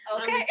Okay